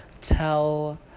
tell